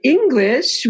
English